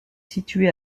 située